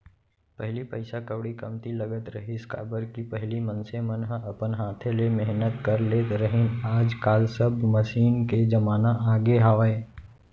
पहिली पइसा कउड़ी कमती लगत रहिस, काबर कि पहिली मनसे मन ह अपन हाथे ले मेहनत कर लेत रहिन आज काल सब मसीन के जमाना आगे हावय